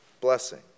Blessing